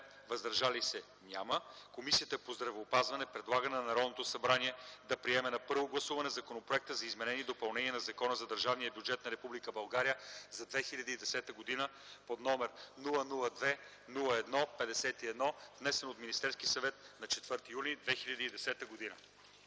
„въздържали се” – няма, Комисията по здравеопазване предлага на Народното събрание да приеме на първо гласуване Законопроект за изменение и допълнение на Закона за държавния бюджет на Република България за 2010 г. под № 002-01-51, внесен от Министерски съвет на 4 юни 2010 г.”